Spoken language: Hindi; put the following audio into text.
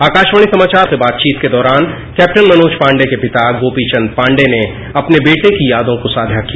आकाशवाणी समाचार से बातचीत के दौरान कैप्टन मनोज पांडे के पिता गोपी चंद पांडे ने अपने बेटे की यादों को साझा किया